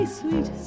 sweet